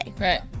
Right